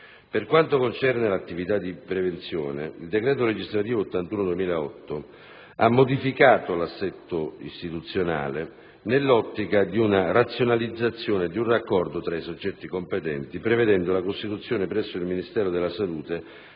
Per quanto concerne l'attività di prevenzione, il decreto legislativo n. 81 del 2008 ha modificato l'assetto istituzionale nell'ottica di una razionalizzazione e di un raccordo tra i soggetti competenti, prevedendo la costituzione, presso il Ministero della salute,